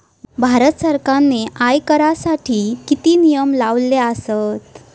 भारत सरकारने आयकरासाठी किती नियम लावले आसत?